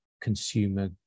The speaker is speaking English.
consumer